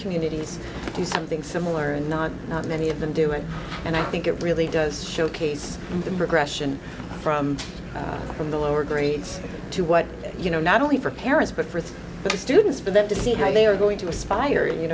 communities do something similar and not many of them do it and i think it really does showcase the progression from from the lower grades to what you know not only for parents but for the students for them to see how they are going to aspire you